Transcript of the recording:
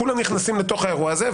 כולם נכנסים לאירוע הזה.